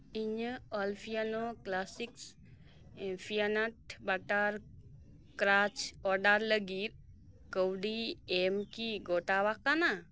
ᱤᱧᱟᱹᱜ Alpino classic peanut butter crunch order ᱞᱟᱹᱜᱤᱫ ᱠᱟᱹᱣᱰᱤ ᱮᱢ ᱠᱤ ᱜᱚᱴᱟ ᱟᱠᱟᱱᱟ